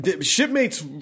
Shipmates